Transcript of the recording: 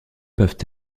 peuvent